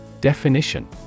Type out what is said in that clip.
Definition